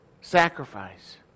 sacrifice